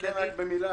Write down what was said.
בבקשה.